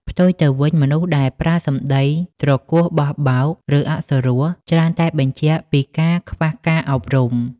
ផ្ទុយទៅវិញ មនុស្សដែលប្រើសម្ដីទ្រគោះបោះបោក ឬអសុរោះ ច្រើនតែបញ្ជាក់ពីការខ្វះការអប់រំ។